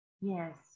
Yes